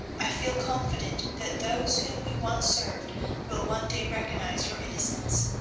i feel confident that those whom we once served will one day recognise your innocence,